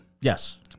Yes